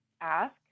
ask